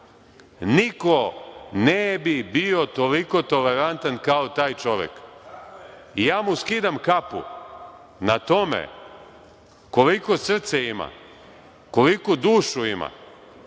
niko ne bi bio toliko tolerantan kao taj čovek. I ja mu skidam kapu na tome koliko srce ima, koliku dušu ima